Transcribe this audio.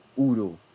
Udo